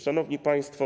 Szanowni Państwo!